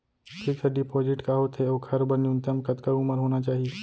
Fix deposit का होथे ओखर बर न्यूनतम कतका उमर होना चाहि?